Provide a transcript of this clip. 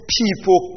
people